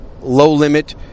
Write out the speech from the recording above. low-limit